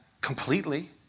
completely